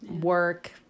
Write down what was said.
work